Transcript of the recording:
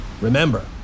Remember